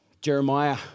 Jeremiah